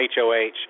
HOH